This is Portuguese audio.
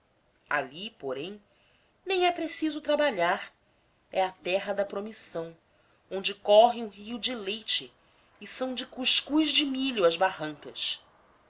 ali porém nem é preciso trabalhar é a terra da promissão onde corre um rio de leite e são de cuscuz de milho as barrancas